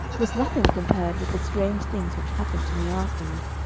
was nothing compared with the strange things which happened to me afterward.